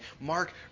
Mark